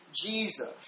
Jesus